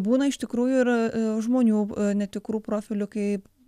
būna iš tikrųjų ir žmonių netikrų profilių kaip